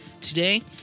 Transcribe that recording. Today